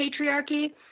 patriarchy